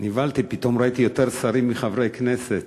נבהלתי, פתאום ראיתי יותר שרים מאשר חברי כנסת,